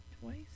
Twice